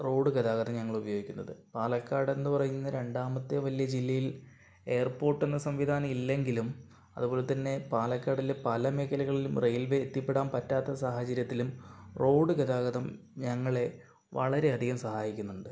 road ഗതാഗതം ഞങ്ങൾ ഉപയോഗിക്കുന്നത് പാലക്കാട് എന്ന് പറയുന്ന രണ്ടാമത്തെ വലിയ ജില്ലയിൽ എയർപോർട്ട് എന്ന സംവിധാനം ഇല്ലെങ്കിലും അതുപോലെത്തന്നെ പാലക്കാടില് പല മേഖലകളിലും റെയിൽവേ എത്തിപ്പെടാൻ പറ്റാത്ത സാഹചര്യത്തിലും റോഡ് ഗതാഗതം ഞങ്ങളെ വളരെ അധികം സഹായിക്കുന്നുണ്ട്